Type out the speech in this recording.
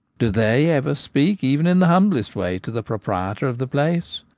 do they ever speak, even in the humblest way, to the proprietor of the place?